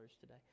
today